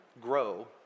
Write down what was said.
grow